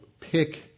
pick